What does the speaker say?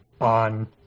on